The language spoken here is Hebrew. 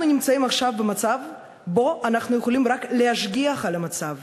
אנחנו נמצאים עכשיו במצב שבו אנחנו יכולים רק להשגיח על המצב,